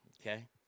okay